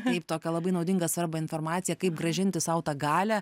taip tokią labai naudingą svarbią informacija kaip grąžinti sau tą galią